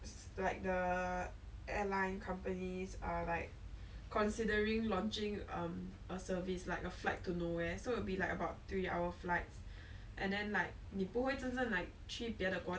ne~ because now they already open up for like where to new zealand and brunei is it so maybe next year they open up a few more but 我最怕就是太贵你懂吗因为突然间